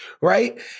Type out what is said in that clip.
right